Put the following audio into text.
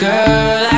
Girl